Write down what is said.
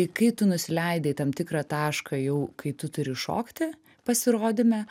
kai tu nusileidi į tam tikrą tašką jau kai tu turi šokti pasirodyme